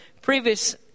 previous